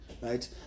right